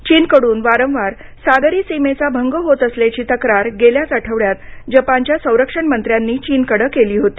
चीनकडून वारंवार सागरी सीमेचा भंग होत असल्याची तक्रार गेल्याच आठवड्यात जपानच्या संरक्षण मंत्र्यांनी चीनकडं केली होती